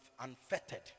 unfettered